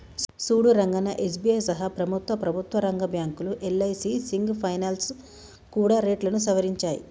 సూడు రంగన్నా ఎస్.బి.ఐ సహా ప్రముఖ ప్రభుత్వ రంగ బ్యాంకులు యల్.ఐ.సి సింగ్ ఫైనాల్స్ కూడా రేట్లను సవరించాయి